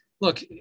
Look